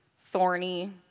thorny